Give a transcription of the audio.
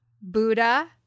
Buddha